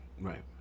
Right